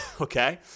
Okay